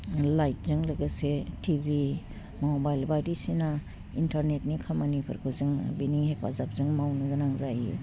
लाइटजों लोगोसे TV mobile बायदिसिना इन्टारनेटनि खामानिफोरखौ जोङो बेनि हेफाजाबजों मावनो गोनां जायो